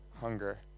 hunger